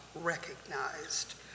recognized